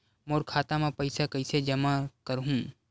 मोर खाता म पईसा कइसे जमा करहु?